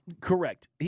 Correct